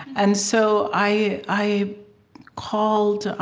and so i i called